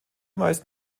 meisten